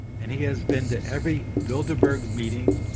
and he has been to every bilderberg meeting,